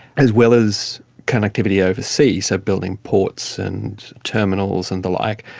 as well as connectivity overseas, so building ports and terminals and the like.